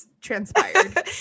transpired